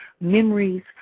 Memories